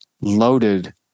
loaded